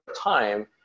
time